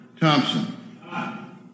Thompson